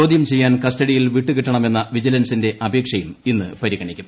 ചോദ്യം ചെയ്യാൻ കസ്റ്റഡിയിൽ വിട്ടു കിട്ടണമെന്ന വിജിലൻസിന്റെ അപേക്ഷയും ഇന്ന് പരിഗണിക്കും